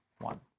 one